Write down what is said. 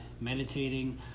meditating